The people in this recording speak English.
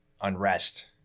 unrest